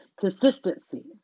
consistency